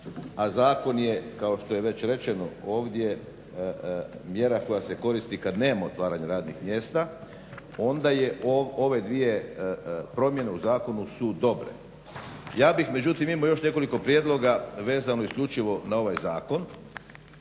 a zakon je kao što je već rečeno ovdje mjera koja se koristi kada nema otvaranja radnih mjesta, onda je ove dvije promjene u zakonu su dobre. Ja bi međutim imao još nekoliko prijedloga vezano isključivo za ovaj zakon,